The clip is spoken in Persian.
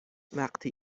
وقتی